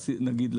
נגיד,